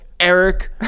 Eric